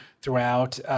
throughout